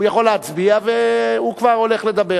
הוא יכול להצביע והוא כבר הולך לדבר.